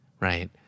Right